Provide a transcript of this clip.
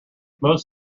most